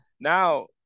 now